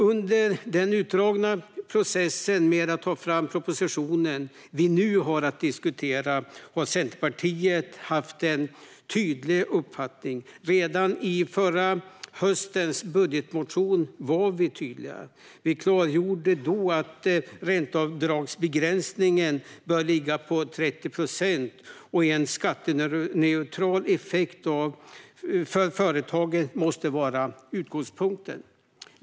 Under den utdragna processen med att ta fram den proposition vi nu diskuterar har Centerpartiet haft en tydlig uppfattning. Redan i förra höstens budgetmotion var vi tydliga. Vi klargjorde då att ränteavdragsbegränsningen bör ligga på 30 procent, och en skatteneutral effekt för företagen måste vara utgångspunkten.